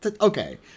okay